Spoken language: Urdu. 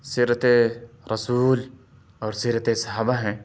سیرتِ رسول اور سیرتِ صحابہ ہیں